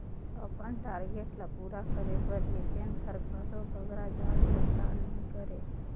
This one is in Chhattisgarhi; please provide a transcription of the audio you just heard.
अपन टारगेट ल पूरा करे बर एजेंट हर घलो बगरा जाँच परताल नी करे